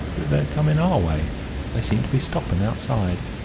that they're coming our way they seem to be stopping outside.